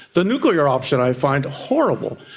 the nuclear option i find horrible.